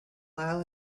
mile